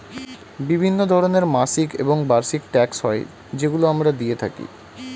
বিভিন্ন ধরনের মাসিক এবং বার্ষিক ট্যাক্স হয় যেগুলো আমরা দিয়ে থাকি